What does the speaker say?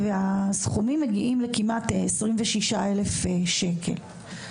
הסכומים מגיעים לכמעט 26,000 שקל.